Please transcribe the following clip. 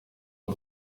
w’u